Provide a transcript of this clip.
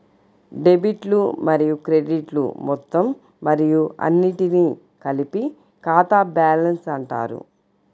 డెబిట్లు మరియు క్రెడిట్లు మొత్తం మరియు అన్నింటినీ కలిపి ఖాతా బ్యాలెన్స్ అంటారు